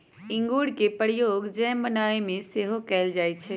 इंगूर के प्रयोग जैम बनाबे में सेहो कएल जाइ छइ